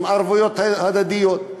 עם ערבויות הדדיות.